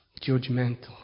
judgmental